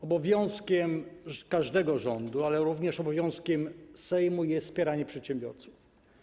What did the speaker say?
Obowiązkiem każdego rządu, ale również obowiązkiem Sejmu jest wspieranie przedsiębiorcy.